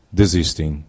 desistem